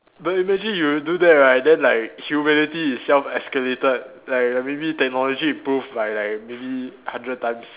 but you imagine you do that right then like humanity itself escalated like maybe technology improved by like maybe hundred times